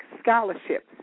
scholarships